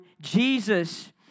Jesus